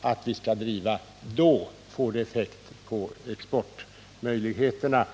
att vi skall föra, då får det effekt på exportmöjligheterna.